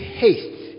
haste